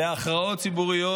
להכרעות ציבוריות,